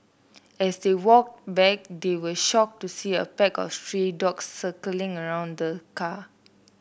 as they walked back they were shocked to see a pack of stray dogs circling around the car